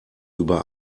über